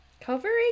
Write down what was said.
covering